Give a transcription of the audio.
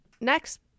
Next